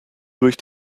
durch